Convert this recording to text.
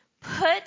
Put